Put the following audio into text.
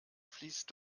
fließt